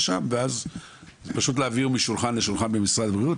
שם ואז להעביר משולחן לשולחן במשרד הבריאות.